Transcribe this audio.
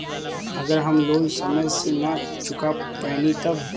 अगर हम लोन समय से ना चुका पैनी तब?